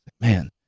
Man